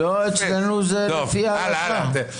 לא, אצלנו זה לפי ההלכה.